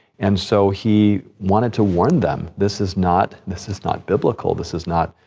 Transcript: and so he wanted to warn them, this is not, this is not biblical. this is not,